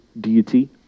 deity